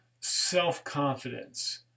self-confidence